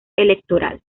electoral